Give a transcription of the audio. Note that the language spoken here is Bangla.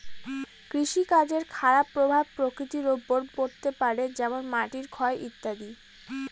কৃষিকাজের খারাপ প্রভাব প্রকৃতির ওপর পড়তে পারে যেমন মাটির ক্ষয় ইত্যাদি